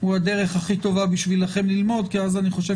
הוא הדרך הכי טובה בשבילכם ללמוד כי אז אני חושב